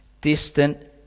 distant